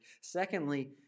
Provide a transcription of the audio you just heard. Secondly